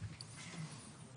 דהיינו,